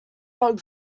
not